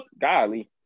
golly